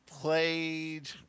Played